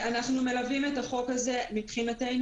אנחנו מלווים את החוק הזה ומבחינתנו,